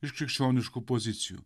iš krikščioniškų pozicijų